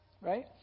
right